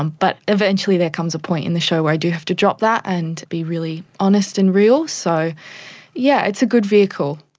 um but eventually there comes a point in the show where i do have to drop that and to be really honest and real. so yeah, it's a good vehicle.